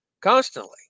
constantly